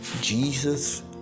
Jesus